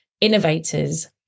innovators